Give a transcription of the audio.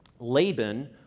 Laban